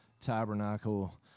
tabernacle